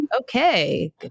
Okay